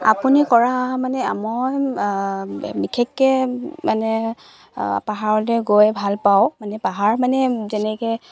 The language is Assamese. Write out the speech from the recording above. আপুনি কৰা মানে মই বিশেষকৈ মানে পাহাৰলৈ গৈ ভাল পাওঁ মানে পাহাৰ মানে যেনেকৈ